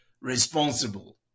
responsible